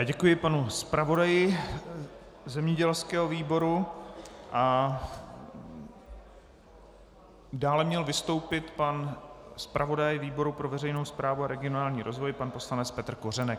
Děkuji panu zpravodaji zemědělského výboru a dále měl vystoupit pan zpravodaj výboru pro veřejnou správu a regionální rozvoj pan Petr Kořenek.